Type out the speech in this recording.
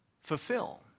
fulfill